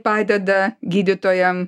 padeda gydytojam